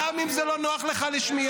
גם אם זה לא נוח לך לשמיעה.